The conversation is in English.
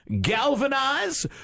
Galvanize